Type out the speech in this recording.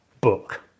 book